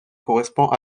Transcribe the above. correspond